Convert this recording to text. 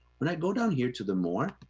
when i go down here to the more,